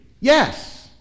yes